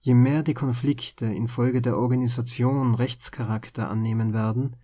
je mehr die konflikte infolge der organisation rechtscharakter annehmen werden